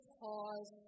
pause